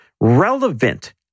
relevant